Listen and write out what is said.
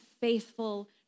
faithful